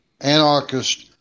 anarchist